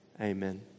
Amen